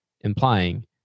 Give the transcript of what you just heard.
implying